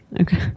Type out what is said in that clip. Okay